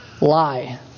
lie